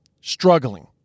struggling